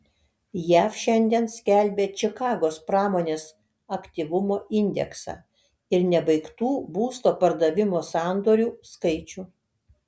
jav šiandien skelbia čikagos pramonės aktyvumo indeksą ir nebaigtų būsto pardavimo sandorių skaičių